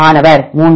மாணவர் 3